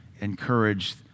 encourage